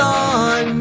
on